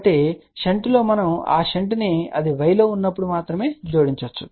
కాబట్టి షంట్లో మనం ఆ షంట్ను అది y లో ఉన్నప్పుడు మాత్రమే జోడించవచ్చు